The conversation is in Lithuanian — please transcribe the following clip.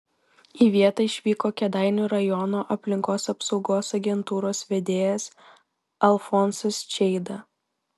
į vietą išvyko kėdainių rajono aplinkos apsaugos agentūros vedėjas alfonsas čeida